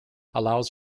allows